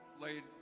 laid